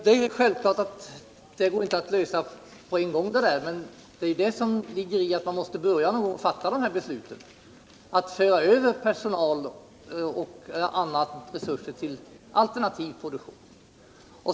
Det är självklart att detta inte går att lösa genast, men man måste börja någon gång att fatta besluten att föra över personal och andra resurser till alternativ produktion.